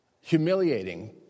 humiliating